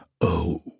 Oh